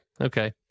Okay